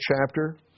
chapter